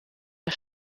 der